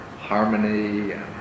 harmony